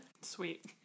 Sweet